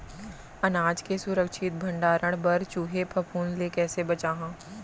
अनाज के सुरक्षित भण्डारण बर चूहे, फफूंद ले कैसे बचाहा?